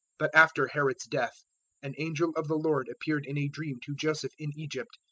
but after herod's death an angel of the lord appeared in a dream to joseph in egypt,